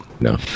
No